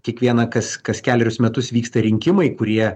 kiekvieną kas kas kelerius metus vyksta rinkimai kurie